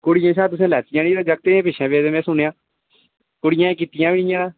कुड़ियें शा तुसें लैतियां नी ते जागतें दे पिच्छें पेदे मै सुनेआ कुड़ियां कीतियां नेईं हियां